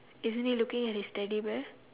isn't he looking at his teddy bear